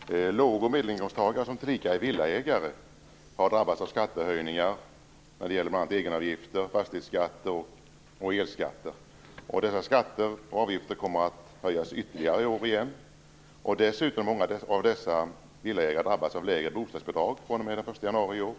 Fru talman! Låg och medelinkomsttagare, som tillika är villaägare, har drabbats av skattehöjningar bl.a. när det gäller egenavgifter, fastighetsskatt och elskatt. Dessa skatter och avgifter kommer att höjas ytterligare i år. Många av de här villaägarna drabbas dessutom av lägre bostadsbidrag fr.o.m. den 1 januari i år.